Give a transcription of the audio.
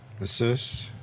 Assist